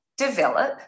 develop